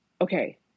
okay